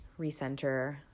recenter